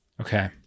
Okay